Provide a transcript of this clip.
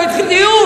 עוד לא התחיל דיון,